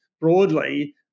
broadly